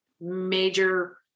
major